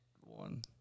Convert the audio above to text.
one